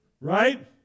right